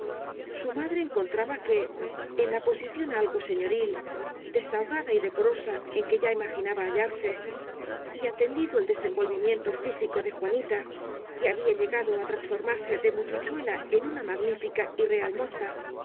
su madre encontraba que en la posición algo señoril desahogada y decorosa en que ya imagi naba hallarse y atendido el desenvolvimiento físi co de juanita que había llegado á transformarse de muchachuela en una magnífica y real moza